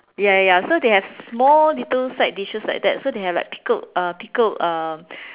ya ya ya so they have small little side dishes like that so they have like pickled uh pickled um